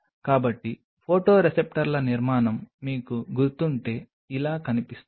కాబట్టి ఫోటోరిసెప్టర్ల నిర్మాణం మీకు గుర్తుంటే ఇలా కనిపిస్తుంది